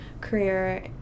career